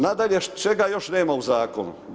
Nadalje, čega još nema u zakonu?